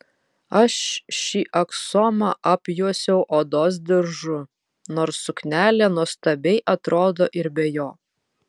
aš šį aksomą apjuosiau odos diržu nors suknelė nuostabiai atrodo ir be jo